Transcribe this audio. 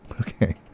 Okay